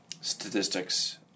statistics